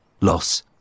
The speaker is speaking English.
loss